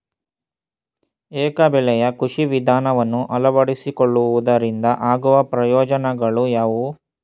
ಏಕ ಬೆಳೆಯ ಕೃಷಿ ವಿಧಾನವನ್ನು ಅಳವಡಿಸಿಕೊಳ್ಳುವುದರಿಂದ ಆಗುವ ಪ್ರಯೋಜನಗಳು ಯಾವುವು?